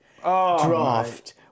draft